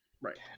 Right